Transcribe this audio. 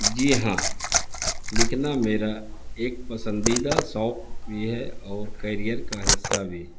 جی ہاں لکھنا میرا ایک پسندیدہ شوق بھی ہے اور کیریئر کا حصہ بھی